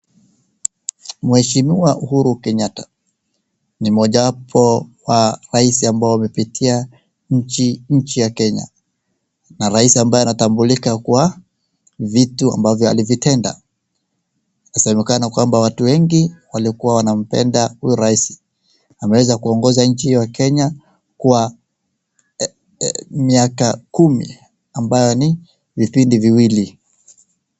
Mheshimiwa Uhuru Kenyatta, ni moja wapo wa raisi waliopiti a inchi ya Kenya, na rais ambaye tambulika kwa vitu alivyo vitenda .Inasemekana kuwamba watu wengi walikuwa wanampenda huyo raisi. Ameweza kuongoza nchi ya Kenya kwa miaka kumi, ambaye ni vipindi viwili.